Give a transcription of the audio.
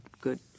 good